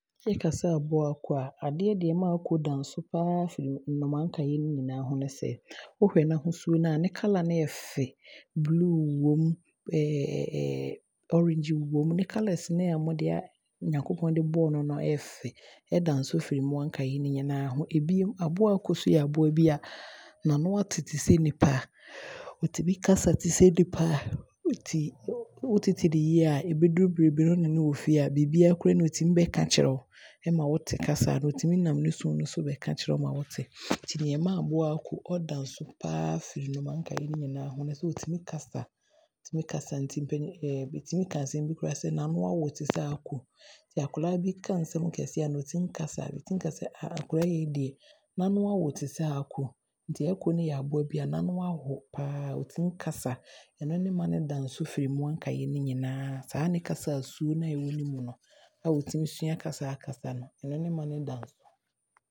Bɛkasɛ aboa ako a, adeɛ deɛ ɛma ako da nso firi nnomaa nkaeɛ no nyinaa ho ne sɛ, wohwɛ n'ahosuo no a,ne colour no yɛ fɛ. Blue wɔ mu orange wɔ mu, ne colour no a ɔmo de ayɛ, Nyankopɔn de bɔɔ no no ɛyɛ fɛ na ɛma no da nso firi mmoa nkaeɛ no nyinaa ho. Bio, aboa ako nso yɛ aboa bia, n'ano aate te sɛ nnipa, ɔtumi kasa te sɛ nnipa, nti wotete no yie a, ɛbɛduru mmerɛ bi no wo ne no wɔ fie a biribiaa koraa ni a, ɔtumi bɛka kyerɛ wo ɛma wote kasa no, ɔtumi nam ne su no so bɛka kyerɛ wo ma wote. Nti nea ɛma aboa ako ɔda nso paa firi mmoa aaka no nyinaa ho ne sɛ ɔtumi kasa, ɔtumi kasa nti mpaninfoɔ bɛtumi kaa asɛm bi tesɛ n'ano awo te sɛ ako. Nti sɛ akodaa bi ka nsɛm kɛseɛ anaa ɔtumi kasa a bɛse akodaa wei deɛ n'ano awo tesɛ ako, nti ako no yɛ aboa bi a n'ano aawo paa a ɔtumi kasa, ɛno ne ma no da nso firi mmoa nkaeɛ no nyinaa ho. Saa ne kasa su naa ɔwɔ ne mu no aa ɔtumi sua kasa no, ɛno ne ma no da nso.